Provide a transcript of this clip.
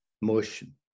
motion